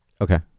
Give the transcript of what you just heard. Okay